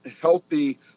healthy